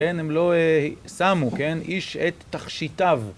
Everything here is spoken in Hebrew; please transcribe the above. כן, הם לא שמו, כן, איש את תכשיטיו.